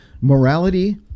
Morality